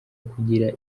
kugira